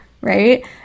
right